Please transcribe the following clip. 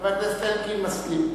חבר הכנסת אלקין, מסכים.